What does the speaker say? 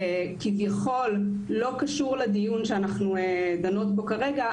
כביכול לא קשור לדיון שאנחנו דנות בו כרגע,